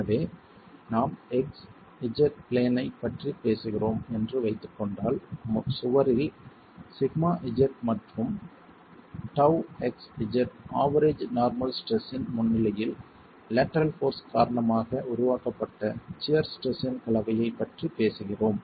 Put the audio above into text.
எனவே நாம் xz plane ஐப் பற்றிப் பேசுகிறோம் என்று வைத்துக் கொண்டால் சுவரில் σz மற்றும் τxz ஆவெரேஜ் நார்மல் ஸ்ட்ரெஸ் இன் முன்னிலையில் லேட்டரல் போர்ஸ் காரணமாக உருவாக்கப்பட்ட சியர் ஸ்ட்ரெஸ் இன் கலவையைப் பற்றி பேசுகிறோம்